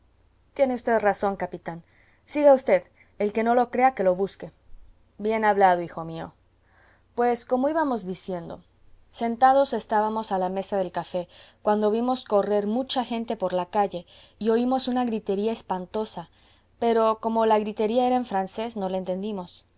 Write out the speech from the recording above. tiene v razón capitán siga v el que no lo crea que lo busque bien hablado hijo mío pues como íbamos diciendo sentados estábamos a la mesa del café cuando vimos correr mucha gente por la calle y oímos una gritería espantosa pero como la gritería era en francés no la entendimos